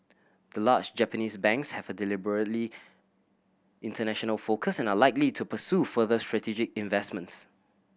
the large Japanese banks have a deliberately international focus and are likely to pursue further strategic investments